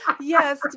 yes